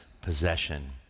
possession